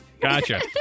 Gotcha